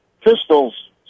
pistols